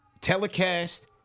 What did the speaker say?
telecast